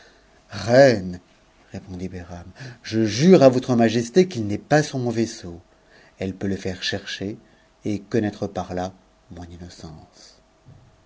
reine répondit behram je jure à votre majesté qu'il n'est pas sur mon vaisseau elle peut le faire chercher et connaître par-là mon innocence